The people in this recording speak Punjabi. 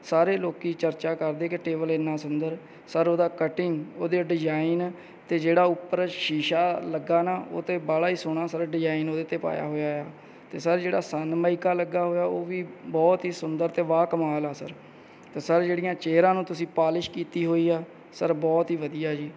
ਸਾਰੇ ਲੋਕ ਚਰਚਾ ਕਰਦੇ ਕਿ ਟੇਬਲ ਇੰਨਾ ਸੁੰਦਰ ਸਰ ਉਹਦਾ ਕਟਿੰਗ ਉਹਦੇ ਡਿਜ਼ਾਈਨ 'ਤੇ ਜਿਹੜਾ ਉੱਪਰ ਸ਼ੀਸ਼ਾ ਲੱਗਿਆ ਨਾ ਉਹ ਤਾਂ ਬਾਹਲਾ ਹੀ ਸੋਹਣਾ ਸਾਡਾ ਡਿਜ਼ਾਈਨ ਉਹਦੇ 'ਤੇ ਪਾਇਆ ਹੋਇਆ ਆ ਅਤੇ ਸਰ ਜਿਹੜਾ ਸਨਮਈਕਾ ਲੱਗਾ ਹੋਇਆ ਉਹ ਵੀ ਬਹੁਤ ਹੀ ਸੁੰਦਰ ਅਤੇ ਵਾਹ ਕਮਾਲ ਆ ਸਰ ਅਤੇ ਸਰ ਜਿਹੜੀਆਂ ਚੇਅਰਾਂ ਨੂੰ ਤੁਸੀਂ ਪਾਲਿਸ਼ ਕੀਤੀ ਹੋਈ ਆ ਸਰ ਬਹੁਤ ਹੀ ਵਧੀਆ ਜੀ